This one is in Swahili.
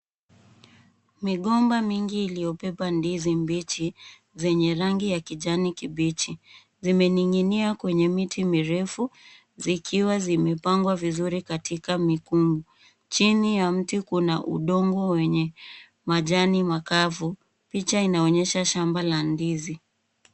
Migomba mingi iliyobeba ndizi mbichi, zenye rabgi ya kijani kibichi. Zimening'inia kwenye miti mirefu zikiwa zimepangwa vizuri katika mikungu. Chini ya mti kuna udongo wenye majani makavu. Picha inaonyesha shamba la ndizi.